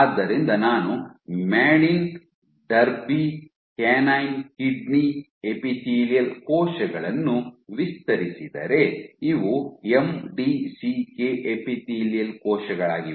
ಆದ್ದರಿಂದ ನಾನು Madin Darby canine kidney epithelial ಕೋಶಗಳನ್ನು ವಿಸ್ತರಿಸಿದರೆ ಇವು ಎಂಡಿಸಿಕೆ ಎಪಿಥೇಲಿಯಲ್ ಕೋಶಗಳಾಗಿವೆ